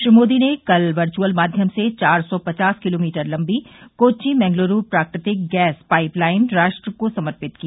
श्री मोदी ने कल वर्चअल माध्यम से चार सौ पचास किलोमीटर लम्बी कोच्चि मंगलुरू प्राकृतिक गैस पाइपलाइन राष्ट्र को समर्पित की